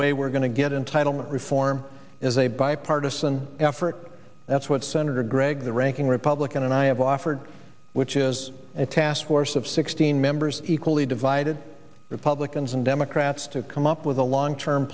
way we're going to get entitle not refer form is a bipartisan effort that's what senator gregg the ranking republican and i have offered which is a task force of sixteen members equally divided republicans and democrats to come up with a long term